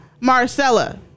Marcella